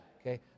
okay